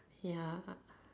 ya